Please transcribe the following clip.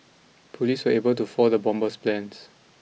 police were able to foil the bomber's plans